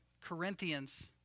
Corinthians